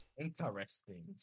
Interesting